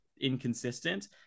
inconsistent